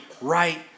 right